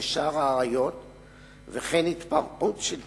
לשער האריות וכן התפרעות של צעירים,